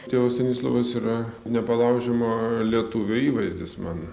tėvas stanislovas yra nepalaužiamo lietuvio įvaizdis man